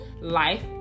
Life